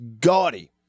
gaudy